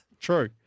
True